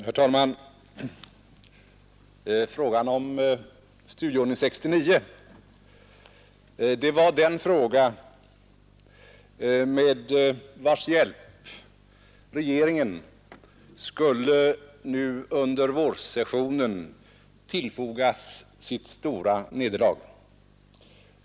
Herr talman! Studieordning 1969 var den fråga med vars hjälp regeringen under denna vårsession skulle tillfogas sitt stora nederlag.